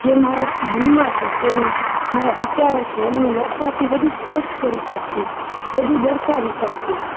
જે મારા મનમાં છે તે હું મારા વિચારો છે એને હું લખવાથી વધુ સ્પષ્ટ કરી શકતી વધુ દર્શાવી શકતી